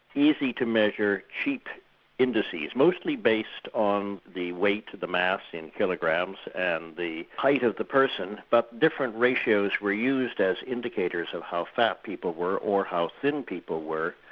easy-to-measure, cheap indices, mostly based on the weight to the mass in kilograms and the height of the person. but different ratios were used as indicators of how fat people were, or how thin people were.